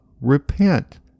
repent